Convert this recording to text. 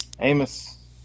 amos